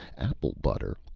apple butter,